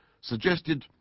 suggested